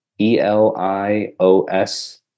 E-L-I-O-S